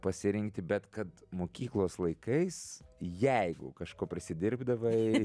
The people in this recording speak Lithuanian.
pasirinkti bet kad mokyklos laikais jeigu kažko prisidirbdavai